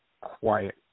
quiet